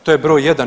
To je broj jedan.